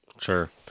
Sure